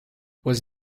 was